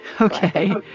okay